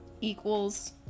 equals